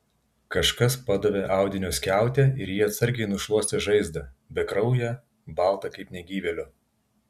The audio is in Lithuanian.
kažkas padavė audinio skiautę ir ji atsargiai nušluostė žaizdą bekrauję baltą kaip negyvėlio